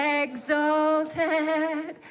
exalted